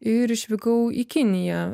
ir išvykau į kiniją